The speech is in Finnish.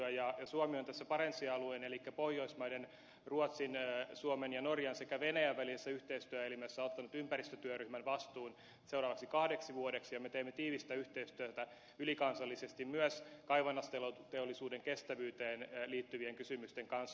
suomi on tässä barentsin alueen elikkä pohjoismaiden ruotsin suomen ja norjan sekä venäjän välisessä yhteistyöelimessä ottanut ympäristötyöryhmän vastuun seuraavaksi kahdeksi vuodeksi ja me teemme tiivistä yhteistyötä ylikansallisesti myös kaivannaisteollisuuden kestävyyteen liittyvien kysymysten kanssa